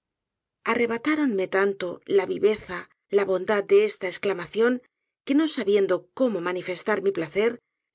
primero arrebatáronme tanto la viveza la bondad de esta esclamacion que no sabiendo cómo manifestar mi placer